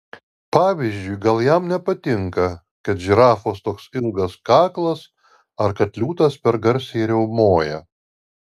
pavyzdžiui gal jam nepatinka kad žirafos toks ilgas kaklas ar kad liūtas per garsiai riaumoja